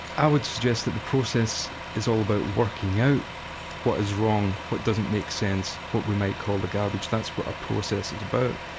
i would suggest that the process is all about working out what is wrong, what doesn't make sense, what we might call the garbage, that's what a process is about.